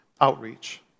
outreach